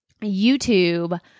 YouTube